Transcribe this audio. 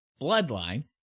bloodline